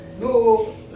No